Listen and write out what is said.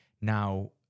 Now